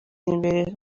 imbere